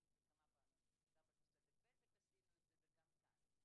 אנחנו עשינו את זה כמה פעמים גם בתוספת ותק עשינו את זה וגם כאן.